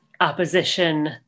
opposition